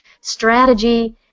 strategy